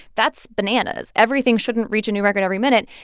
that's bananas. everything shouldn't reach a new record every minute.